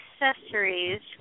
accessories